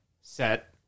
set